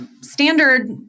standard